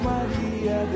Maria